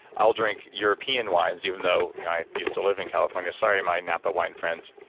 i'll drink european wines even though i used to live in california. sorry, my napa wine friends.